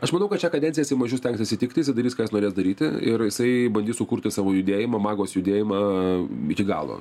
aš manau kad šią kadenciją jisai mažiau stengtis įtikti jisai darys ką jisai norės daryti ir jisai bandys sukurti savo judėjimą magos judėjimą iki galo